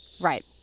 Right